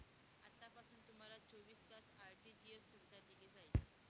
आतापासून तुम्हाला चोवीस तास आर.टी.जी.एस सुविधा दिली जाईल